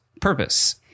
purpose